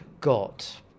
got